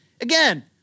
Again